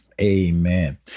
Amen